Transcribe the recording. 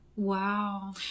Wow